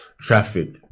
Traffic